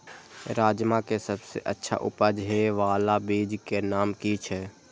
राजमा के सबसे अच्छा उपज हे वाला बीज के नाम की छे?